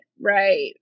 Right